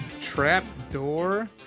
Trapdoor